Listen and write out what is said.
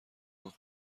گفت